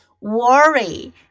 Worry